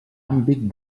àmbit